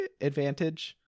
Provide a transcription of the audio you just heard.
advantage